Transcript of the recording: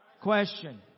Question